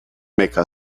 make